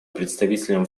представителям